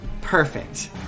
Perfect